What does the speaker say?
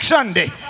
Sunday